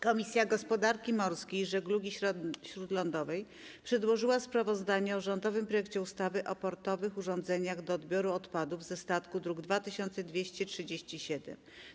Komisja Gospodarki Morskiej i Żeglugi Śródlądowej przedłożyła sprawozdanie o rządowym projekcie ustawy o portowych urządzeniach do odbioru odpadów ze statków, druk nr 2237.